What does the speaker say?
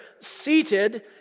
seated